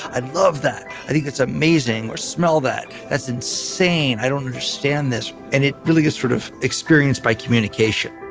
i love that. i think it's amazing. or, smell that, that's insane. i don't understand this. and it really gets sort of experienced by communication